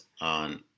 on